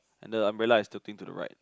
and the umbrella is tilting to the right